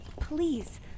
please